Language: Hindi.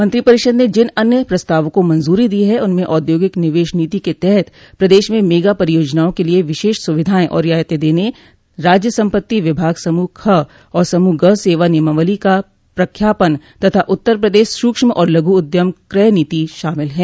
मंत्रिपरिषद ने जिन अन्य प्रस्तावों को मंजूरी दी है उनमें औद्योगिक निवेश नीति के तहत प्रदेश में मेगा परियोजनाओं के लिए विशेष सुविधाएं और रियायतें देने राज्य संपत्ति विभाग समूह ख और समूह ग सेवा नियमावली का प्रख्यापन तथा उत्तर प्रदेश सूक्ष्म और लघु उद्यम कय नीति शामिल हैं